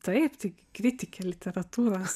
taip taigi kritikė literatūros